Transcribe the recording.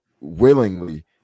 willingly